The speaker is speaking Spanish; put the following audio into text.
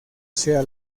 sea